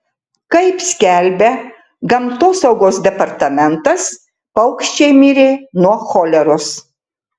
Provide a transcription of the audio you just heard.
kaip skelbia gamtosaugos departamentas paukščiai mirė nuo choleros